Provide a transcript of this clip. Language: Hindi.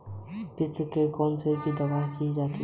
थ्रिप्स के लिए कौन सी दवा है?